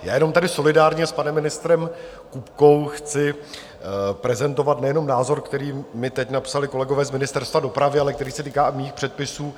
Já jenom tady solidárně s panem ministrem Kupkou chci prezentovat nejenom názor, který mi teď napsali kolegové z Ministerstva dopravy, ale který se týká i mých předpisů.